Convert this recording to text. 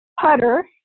putter